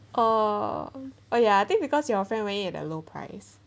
oh oh ya I think because you're often away at a low price